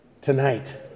Tonight